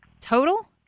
total